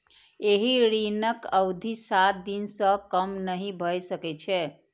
एहि ऋणक अवधि सात दिन सं कम नहि भए सकै छै